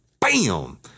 bam